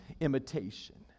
imitation